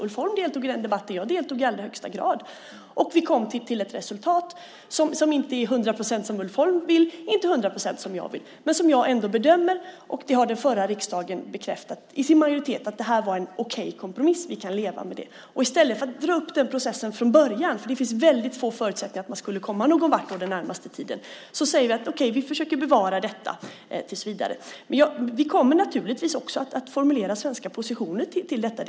Ulf Holm deltog i den debatten, och jag deltog i allra högsta grad. Vi kom till ett resultat som inte är till 100 procent som Ulf Holm vill och inte till 100 procent som jag vill men som jag ändå bedömer var en okej kompromiss, och vi kan leva med den. Det har den förra riksdagen bekräftat med sin majoritet. I stället för att dra upp den processen från början - det finns väldigt få förutsättningar för att man skulle komma någon vart under den närmaste tiden - säger vi: Okej, vi försöker bevara detta tills vidare! Vi kommer naturligtvis också att formulera svenska positioner till detta.